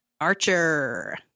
Archer